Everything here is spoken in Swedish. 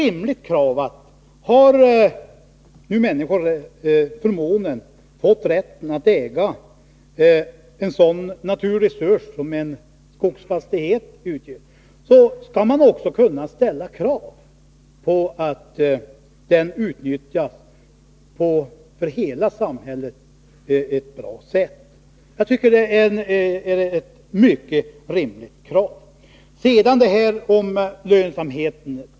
Om nu människor har fått rätten att äga en sådan naturresurs som en skogsfastighet utgör, skall man också kunna ställa krav på att den utnyttjas på ett för hela samhället bra sätt. Jag tycker att det är ett mycket rimligt krav.